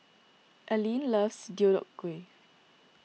Aleen loves Deodeok Gui